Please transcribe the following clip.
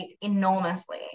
enormously